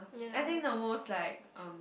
I think the most like um